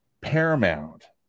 paramount